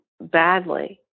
badly